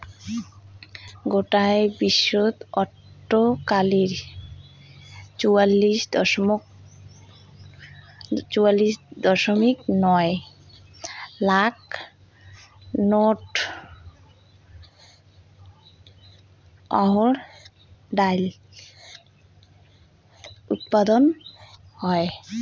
গোটায় বিশ্বত আটকালিক চুয়াল্লিশ দশমিক নয় লাখ টন অহর ডাইল উৎপাদন হয়